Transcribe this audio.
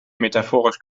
metaphorisch